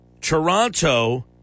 Toronto